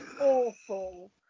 awful